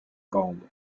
grande